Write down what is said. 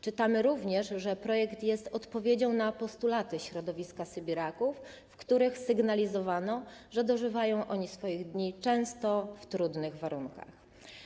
Czytamy również, że projekt jest odpowiedzią na postulaty środowiska sybiraków, w których sygnalizowano, że dożywają oni swoich dni często w trudnych warunkach.